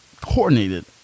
Coordinated